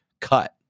cut